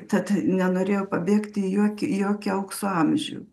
tad nenorėjo pabėgti į jokį į jokį aukso amžių